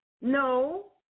No